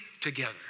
together